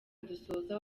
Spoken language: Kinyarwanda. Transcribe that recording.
dusoza